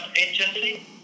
agency